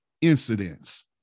Incidents